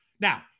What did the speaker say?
Now